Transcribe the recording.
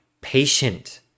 patient